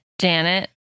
Janet